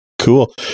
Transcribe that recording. Cool